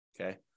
Okay